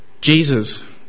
Jesus